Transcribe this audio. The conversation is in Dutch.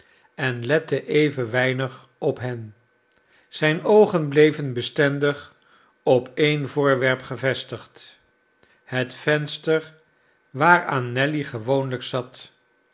en lette even weinig op hen zijne oogen bleven bestendig op een voorwerp gevestigd het venster waaraan nelly gewoonlijk zat